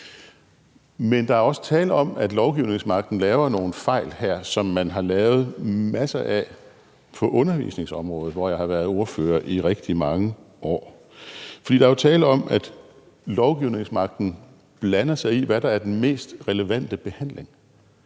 andet er der tale om, at lovgivningsmagten her laver nogle fejl, som man har lavet masser af på undervisningsområdet, hvor jeg har været ordfører i rigtig mange år. Der er jo tale om, at lovgivningsmagten blander sig i, hvad der er den mest relevante behandling